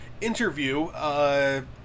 interview